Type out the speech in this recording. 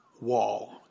Wall